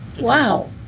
Wow